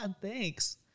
Thanks